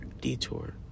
detour